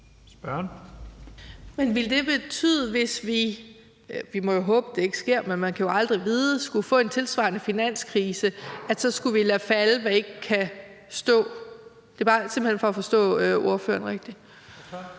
(SF): Men vil det betyde, at hvis vi – vi må jo håbe, det ikke sker, men man kan jo aldrig vide – skulle få en tilsvarende finanskrise, så skulle vi lade falde, hvad ikke kan stå. Det er simpelt hen bare for at forstå ordføreren rigtigt.